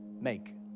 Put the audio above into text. make